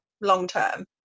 long-term